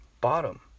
Bottom